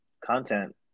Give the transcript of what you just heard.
content